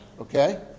okay